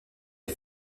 est